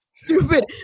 stupid